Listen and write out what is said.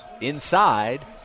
inside